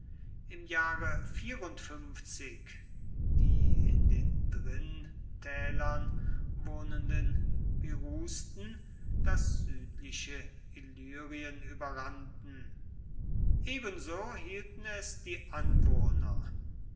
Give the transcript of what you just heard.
im jahre die in den drintälern wohnenden pirusten das südliche illyrien überrannten ebenso hielten es die anwohner